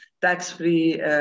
tax-free